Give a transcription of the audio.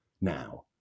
now